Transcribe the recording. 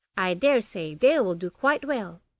i dare say they will do quite well